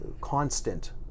constant